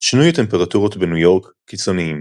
שינויי הטמפרטורות בניו יורק קיצוניים.